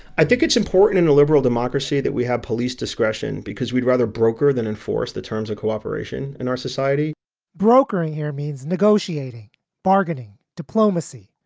i think it's important in a liberal democracy that we have police discretion because we'd rather broecker than enforce the terms of cooperation in our society brokering here means negotiating bargaining diplomacy,